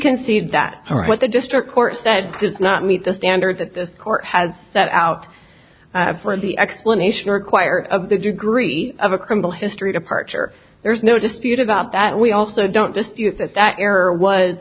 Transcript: concede that what the district court said does not meet the standards that the court has set out for the explanation require of the degree of a criminal history departure there's no dispute about that we also don't dispute that that error was